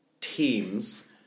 teams